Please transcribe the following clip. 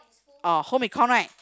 orh home econ right